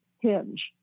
hinge